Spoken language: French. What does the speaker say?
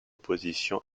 opposition